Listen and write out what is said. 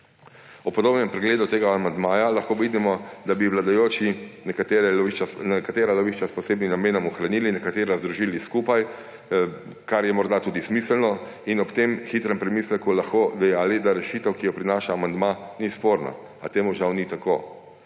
Po podrobnem pregledu tega amandmaja lahko vidimo, da bi vladajoči nekatera lovišča s posebnim namenom ohranili, nekatera združili skupaj, kar je morda tudi smiselno, in bi ob tem hitrem premisleku lahko dejali, da rešitev, ki jo prinaša amandma, ni sporna, a temu žal ni tako.